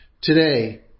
Today